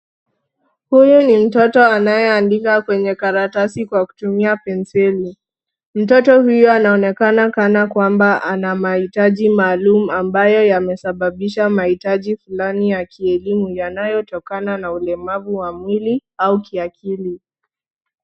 Huyu ni mtoto anayeandika kwenye karatasi kwa kutumia penseli. Mtoto huyo anaonekana kana kwamba ana mahitaji maalum ambayo yamesababisha mahitaji fulani ya kielimu yanayotokana na ulemavu wa mwili au kiakili.